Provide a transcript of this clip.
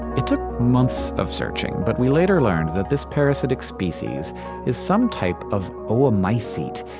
it took months of searching, but we later learned that this parasitic species is some type of oomycete,